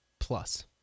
Plus